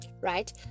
right